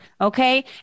Okay